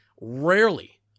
rarely